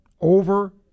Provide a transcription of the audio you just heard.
over